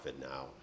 now